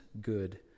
good